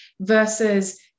versus